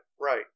right